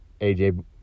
aj